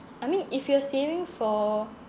I mean if you're saving for